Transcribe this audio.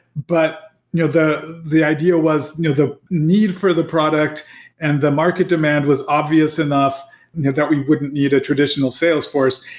but you know the the idea was you know the need for the product and the market demand was obvious enough that we wouldn't need a traditional sales force.